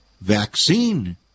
vaccine